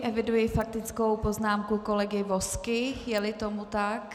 Eviduji faktickou poznámku kolegy Vozky, jeli tomu tak.